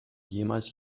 jemals